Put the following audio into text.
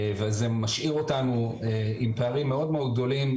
וזה משאיר אותנו עם פערים מאוד מאוד גדולים.